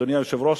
אדוני היושב-ראש,